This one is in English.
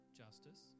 justice